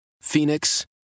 Phoenix